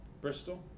Bristol